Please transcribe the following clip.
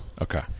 Okay